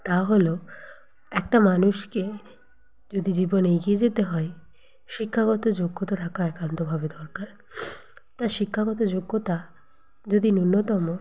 তা হলো একটা মানুষকে যদি জীবনে এগিয়ে যেতে হয় শিক্ষাগত যোগ্যতা থাকা একান্তভাবে দরকার তা শিক্ষাগত যোগ্যতা যদি ন্যূনতম